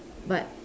but